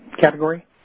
category